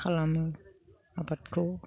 खालामो आबादखौ